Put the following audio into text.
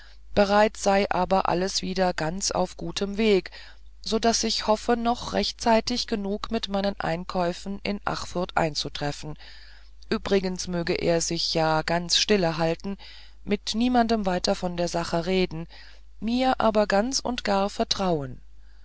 bereits sei aber alles wieder ganz auf gutem weg so daß ich hoffe noch zeitig genug mit meinen einkäufen in achfurth einzutreffen übrigens möge er sich ja ganz stille halten mit niemand weiter von der sache reden mir aber ganz und gar vertrauen